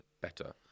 better